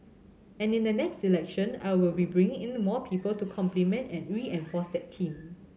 and in the next election I will be bringing in the more people to complement and reinforce that team